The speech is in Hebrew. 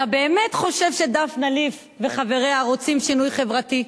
אתה באמת חושב שדפני ליף וחבריה רוצים שינוי חברתי?